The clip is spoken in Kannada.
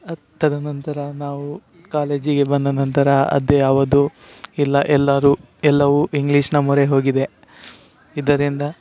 ತದ ನಂತರ ನಾವು ಕಾಲೇಜಿಗೆ ಬಂದ ನಂತರ ಅದು ಯಾವುದು ಇಲ್ಲ ಎಲ್ಲರು ಎಲ್ಲವೂ ಇಂಗ್ಲೀಷಿನ ಮೊರೆ ಹೋಗಿದೆ ಇದರಿಂದ